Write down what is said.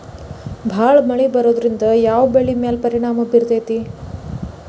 ಭಾಳ ಮಳಿ ಬರೋದ್ರಿಂದ ಯಾವ್ ಬೆಳಿ ಮ್ಯಾಲ್ ಪರಿಣಾಮ ಬಿರತೇತಿ?